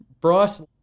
Bryce